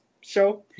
show